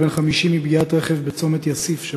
בן 50 מפגיעת רכב בצומת יאסיף שבצפון.